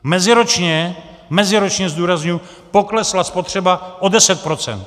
Meziročně, meziročně zdůrazňuji, poklesla spotřeba o 10 %.